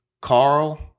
Carl